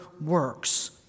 works